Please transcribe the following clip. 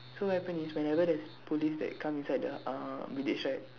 so what happen is whenever there's police that comes inside the uh village right